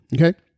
okay